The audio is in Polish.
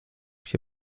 się